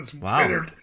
Wow